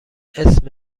اسم